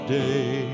day